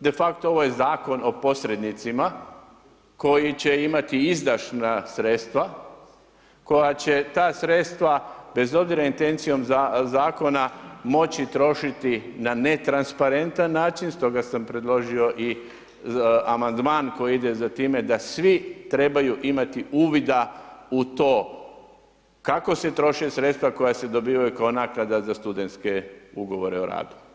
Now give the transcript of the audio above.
de facto ovo je zakon o posrednicima koji će imati izdašna sredstva koja će ta sredstva bez obzira intencijom zakona, moći trošiti na netransparentan način, stoga sam predložio i amandman koji ide za time da svi trebaju imati uvida u to kako se troše sredstva koja se dobivaju kao naknada za studentske ugovore o radu.